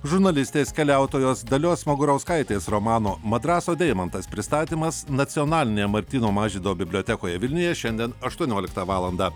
žurnalistės keliautojos dalios smagurauskaitės romano madraso deimantas pristatymas nacionalinėje martyno mažvydo bibliotekoje vilniuje šiandien aštuonioliktą valandą